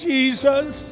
Jesus